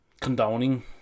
condoning